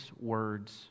words